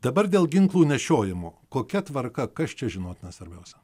dabar dėl ginklų nešiojimo kokia tvarka kas čia žinotina svarbiausia